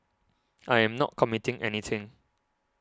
I am not committing anything